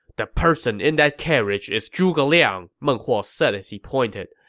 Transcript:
the person in that carriage is zhuge liang, meng huo said as he pointed.